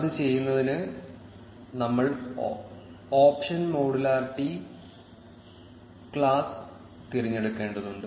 അത് ചെയ്യുന്നതിന് ഞങ്ങൾ ഓപ്ഷൻ മോഡുലാരിറ്റി ക്ലാസ് തിരഞ്ഞെടുക്കേണ്ടതുണ്ട്